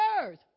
earth